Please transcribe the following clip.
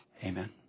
Amen